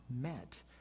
met